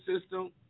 system